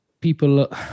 people